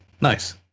nice